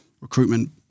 recruitment